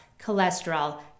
cholesterol